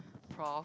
prof